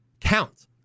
count